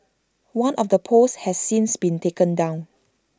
one of the posts has since been taken down